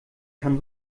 kann